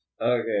Okay